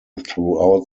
throughout